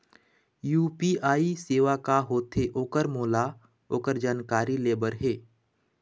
UPI सेवा का होथे ओकर मोला ओकर जानकारी ले बर हे?